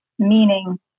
meaning